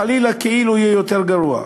חלילה כאילו יהיה יותר גרוע.